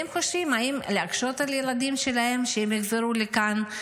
והם חושבים אם להקשות על הילדים שלהם כשהם יחזרו לכאן.